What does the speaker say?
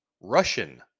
Russian